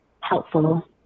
helpful